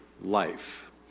life